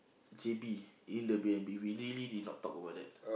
J_B in the Air-B_N_B we nearly did not talk about that